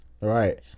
Right